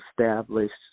established